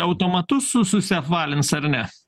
automatu su susiapvalins ar ne